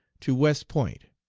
to west point.